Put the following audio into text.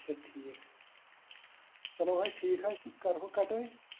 اَچھا ٹھیٖک چلو حظ ٹھیٖک حظ چھُ کَرہوکھ کَٹٲے